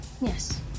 Yes